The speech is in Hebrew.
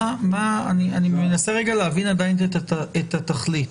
אני מנסה להבין עדיין את התכלית.